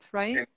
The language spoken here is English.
right